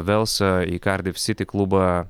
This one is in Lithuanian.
velsą į kardif siti klubą